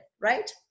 right